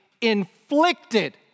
inflicted